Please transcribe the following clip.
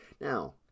Now